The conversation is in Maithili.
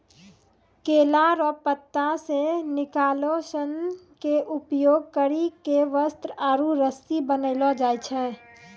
केला रो पत्ता से निकालो सन के उपयोग करी के वस्त्र आरु रस्सी बनैलो जाय छै